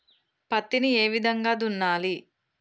పత్తిని ఏ విధంగా దున్నాలి?